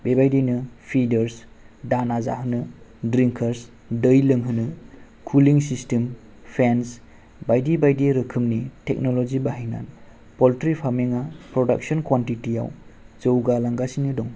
बेबायदिनो फिदारस दाना जाहोनो द्रिंकारस दै लोंहोनो कुलिं सिसथेम पेनस बायदि बायदि रोखोमनि टेकन'लजि बाहायना फलट्रि फार्मंया फ्रदाकसन कुवानथिथियाव जौगालांगासिनो दं